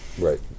Right